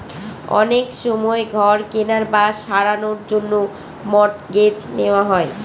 অনেক সময় ঘর কেনার বা সারানোর জন্য মর্টগেজ নেওয়া হয়